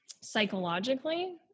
psychologically